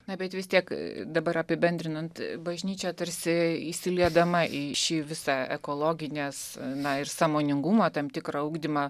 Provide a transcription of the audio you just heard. na bet vis tiek dabar apibendrinant bažnyčia tarsi įsiliedama į šį visą ekologinės na ir sąmoningumo tam tikrą ugdymą